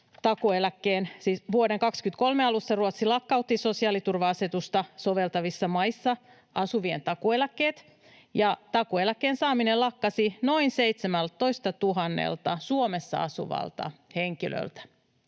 Vuoden 23 alussa Ruotsi lakkautti sosiaaliturva-asetusta soveltavissa maissa asuvien takuueläkkeet ja takuueläkkeen saaminen lakkasi noin 17 000:lta Suomessa asuvalta henkilöltä.